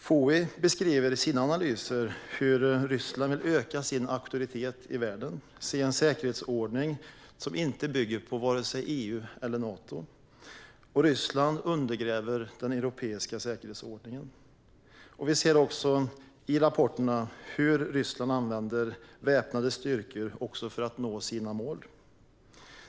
FOI beskriver i sina analyser hur Ryssland vill öka sin auktoritet i världen och se en säkerhetsordning som inte bygger på vare sig EU eller Nato. Ryssland undergräver den europeiska säkerhetsordningen. I rapporterna ser vi också hur Ryssland använder väpnade styrkor för att nå sina mål.